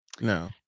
No